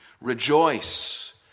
Rejoice